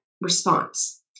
response